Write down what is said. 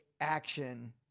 action